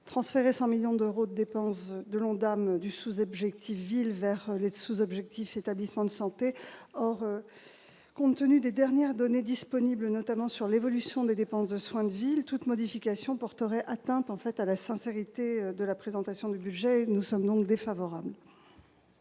transférer 100 millions d'euros, dépenses de l'Ondam du sous-abject il ville vers le sous-objectif, établissements de santé or compte tenu des dernières données disponibles, notamment sur l'évolution des dépenses de soins de ville toute modification porteraient atteinte en fait à la sincérité de la présentation du budget, nous sommes donc défavorable.